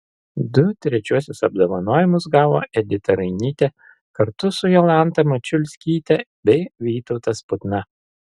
du trečiuosius apdovanojimus gavo edita rainytė kartu su jolanta mačiulskyte bei vytautas putna